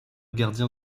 gardien